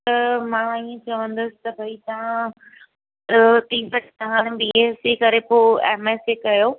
त मां हीअं चवंदसि त भई तव्हां टी बजे तव्हां हाणे बी एस सी करे पोइ एम एस सी कयो